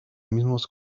mismos